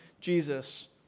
Jesus